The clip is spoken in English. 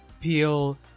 Peel